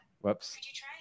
whoops